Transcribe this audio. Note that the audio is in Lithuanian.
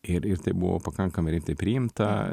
ir ir tai buvo pakankamai rimtai priimta